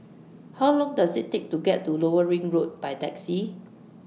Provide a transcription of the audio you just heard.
How Long Does IT Take to get to Lower Ring Road By Taxi